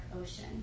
ocean